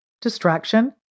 distraction